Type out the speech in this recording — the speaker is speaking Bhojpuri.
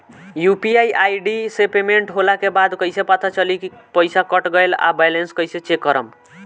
यू.पी.आई आई.डी से पेमेंट होला के बाद कइसे पता चली की पईसा कट गएल आ बैलेंस कइसे चेक करम?